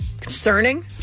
concerning